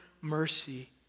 mercy